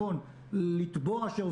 וטוב שכך,